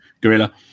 Gorilla